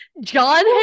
John